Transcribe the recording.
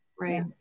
right